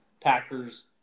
Packers